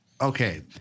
Okay